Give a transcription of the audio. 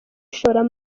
ishoramari